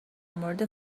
مورد